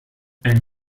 and